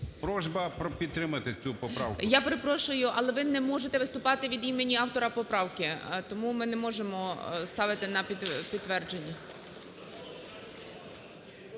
Просьба підтримати цю поправку. ГОЛОВУЮЧИЙ. Я перепрошую, але ви не можете виступати від імені автора поправки. Тому ми не можемо ставити на підтвердження.